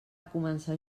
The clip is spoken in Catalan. començar